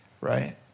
right